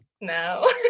no